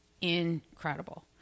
Incredible